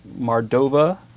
Mardova